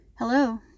Hello